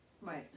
Right